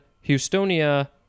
Houstonia